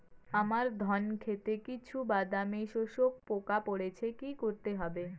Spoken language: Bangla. আমার ধন খেতে কিছু বাদামী শোষক পোকা পড়েছে কি করতে হবে?